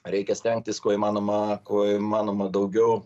reikia stengtis kuo įmanoma kuo įmanoma daugiau